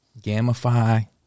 gamify